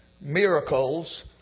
Miracles